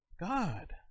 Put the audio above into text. God